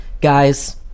guys